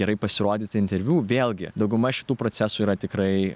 gerai pasirodyti interviu vėlgi dauguma šitų procesų yra tikrai